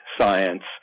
science